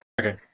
Okay